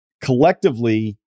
collectively